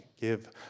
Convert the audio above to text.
give